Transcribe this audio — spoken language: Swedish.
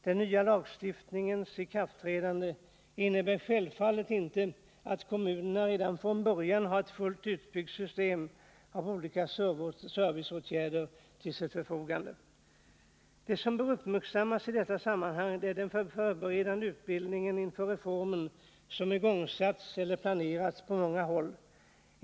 Den nya lagstiftningens ikraftträdande innebär självfallet inte att kommunerna redan från början har ett fullt utbyggt system av olika serviceåtgärder till sitt förfogande. Det som bör uppmärksammas i detta sammanhang är den förberedande utbildning inför reformen som igångsatts eller som planeras på många håll.